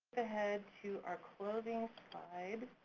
ahead to our closing slide.